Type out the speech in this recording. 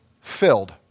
filled